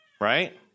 right